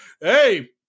hey